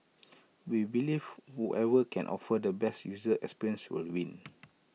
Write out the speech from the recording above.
we believe whoever can offer the best user experience will win